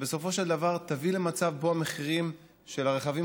שבסופו של דבר תביא למצב שבו המחירים של הרכבים